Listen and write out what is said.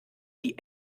die